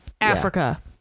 Africa